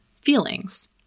feelings